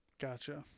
Gotcha